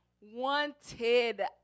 wanted